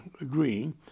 agreeing